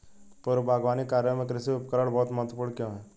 पूर्व बागवानी कार्यों में कृषि उपकरण बहुत महत्वपूर्ण क्यों है?